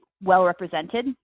well-represented